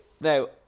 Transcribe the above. no